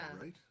right